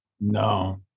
No